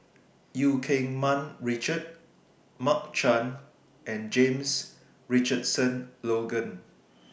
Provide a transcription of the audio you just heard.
EU Keng Mun Richard Mark Chan and James Richardson Logan